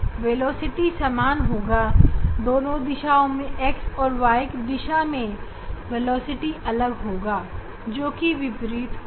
velocity का मूल्य z दिशा के लिए दूसरे दिशा x और y से अलग होगा